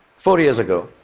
four years ago,